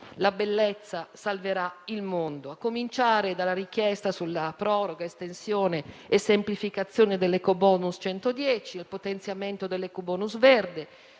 la bellezza salverà il mondo,